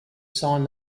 signed